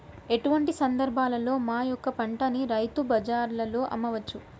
ఎటువంటి సందర్బాలలో మా యొక్క పంటని రైతు బజార్లలో అమ్మవచ్చు?